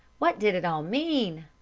what did it all mean?